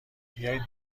بیایید